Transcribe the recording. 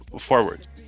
forward